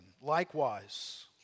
Likewise